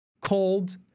called